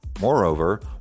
Moreover